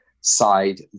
side